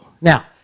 Now